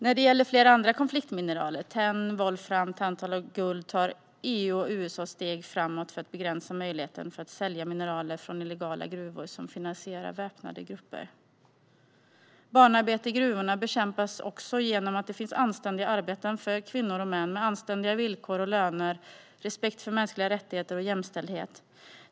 När det gäller flera andra konfliktmineraler - tenn, volfram, tantal och guld - tar EU och USA steg framåt för att begränsa möjligheten att sälja mineraler från illegala gruvor som finansierar väpnade grupper. Barnarbete i gruvorna bekämpas också genom att det finns anständiga arbeten för kvinnor och män, med anständiga villkor och löner samt respekt för mänskliga rättigheter och jämställdhet.